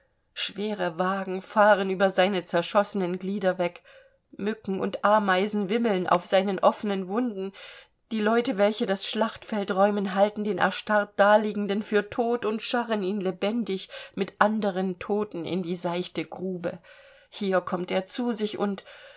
schwere wagen fahren über seine zerschossenen glieder weg mücken und ameisen wimmeln auf seinen offenen wunden die leute welche das schlachtfeld räumen halten den erstarrt daliegenden für tot und scharren ihn lebendig mit anderen toten in die seichte grube hier kommt er zu sich und